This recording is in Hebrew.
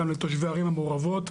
גם לתושבי הערים המעורבות,